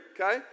okay